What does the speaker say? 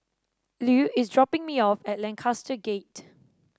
Lu is dropping me off at Lancaster Gate